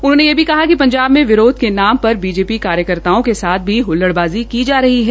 उन्होंने कहा कि पंजाब मे विरोध के नाम पर बीजेपी कार्यकर्ताओं के साथ भी हल्ल्डबाज़ी की जा रही है